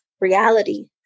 reality